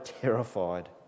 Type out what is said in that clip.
terrified